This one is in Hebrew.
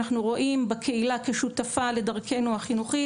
אנחנו רואים כקהילה כשותפה לדרכינו החינוכית